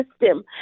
system